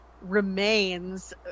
remains